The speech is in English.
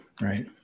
right